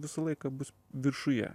visą laiką bus viršuje